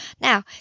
Now